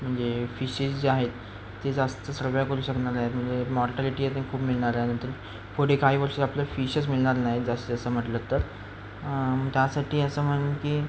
म्हणजे फिशीस जे आहेत ते जास्त सर्व करू शकणार नाहीत म्हणजे मॉर्टालिटी आहे ते खूप मिळणार आहे नंतर पुढे काही वर्षात आपलं फिशच मिळणार नाहीत जास्तीत जास्त म्हटलं तर त्यासाठी असं म्हण की